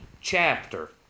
chapter